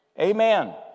Amen